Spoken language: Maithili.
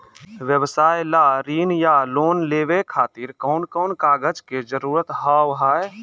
व्यवसाय ला ऋण या लोन लेवे खातिर कौन कौन कागज के जरूरत हाव हाय?